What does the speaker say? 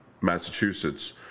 Massachusetts